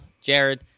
Jared